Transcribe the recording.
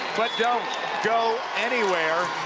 but don't go anywhere.